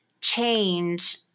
change